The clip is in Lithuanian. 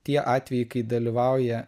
tie atvejai kai dalyvauja